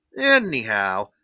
Anyhow